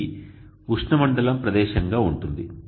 ఇది ఉష్ణమండల ప్రదేశంగా ఉంటుంది